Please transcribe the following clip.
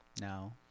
No